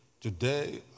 today